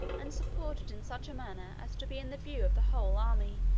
and supported in such a manner as to be in the view of the whole army.